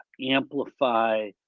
amplify